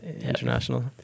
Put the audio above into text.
International